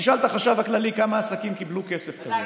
תשאל את החשב הכללי כמה עסקים קיבלו כסף כזה.